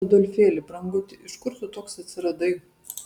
adolfėli branguti iš kur tu toks atsiradai